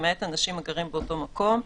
למעט אנשים הגרים באותו מקום,